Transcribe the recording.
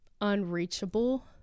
unreachable